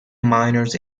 minors